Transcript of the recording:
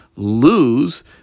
lose